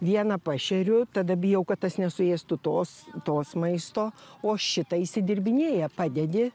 vieną pašeriu tada bijau kad tas nesuėstų tos tos maisto o šitą išsidirbinėja padedi